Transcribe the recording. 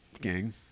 Gang